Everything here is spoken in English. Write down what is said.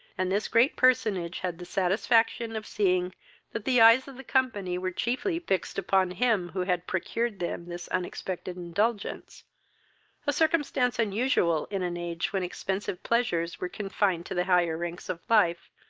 and this great personage had the satisfaction of seeing that the eyes of the company were chiefly fixed upon him who had procured them this unexpected indulgence a circumstance unusual in an age when expensive pleasures were confined to the higher ranks of life,